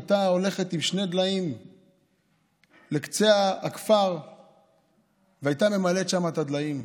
היא הייתה הולכת עם שני דליים לקצה הכפר והייתה ממלאת שם את הדליים.